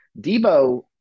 Debo